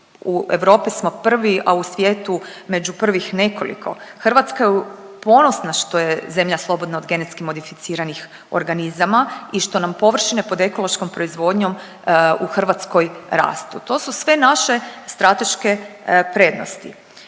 u Europi smo prvi, a u svijetu među prvih nekoliko. Hrvatska je ponosna što je zemlja slobodna od genetski modificiranih organizama i što nam površine pod ekološkom proizvodnjom u Hrvatskoj rastu. To su sve naše strateške prednosti.